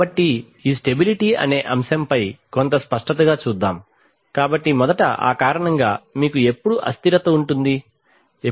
కాబట్టి ఈ స్టెబిలిటీ అనే అంశంపై కొంత స్పష్టత గా చూద్దాం కాబట్టి మొదట ఆ కారణంగా మీకు ఎప్పుడు అస్థిరత ఇన్ స్టెబిలిటీ ఉంటుంది